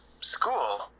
school